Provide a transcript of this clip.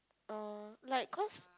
oh like cause